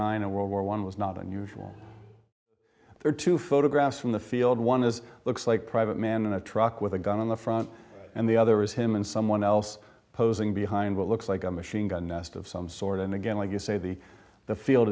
nine and world war one was not unusual there are two photographs from the field one is looks like private man in a truck with a gun in the front and the other is him and someone else posing behind what looks like a machine gun nest of some sort and again like you say the the field